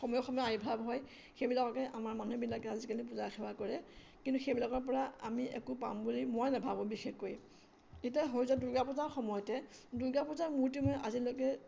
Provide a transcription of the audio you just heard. সময় সময়ে আৱিৰ্ভাৱ হয় সেইবিলাককে আমাৰ মানুহবিলাকে আজিকালি পূজা সেৱা কৰে কিন্তু সেইবিলাকৰ পৰা আমি একো পাম বুলি মই নাভাবোঁ বিশেষকৈ তেতিয়া হৈছে দুৰ্গা পূজাৰ সময়তে দুৰ্গা পূজাৰ মূৰ্তি মই আজিলৈকে